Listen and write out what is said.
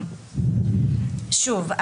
שוב,